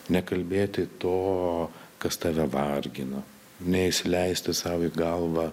nekalbėti to kas tave vargina neįsileisti sau į galvą